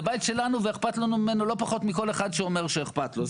זה בית שלנו ואכפת לנו ממנו לא פחות מכל אחד שאומר שאכפת לו.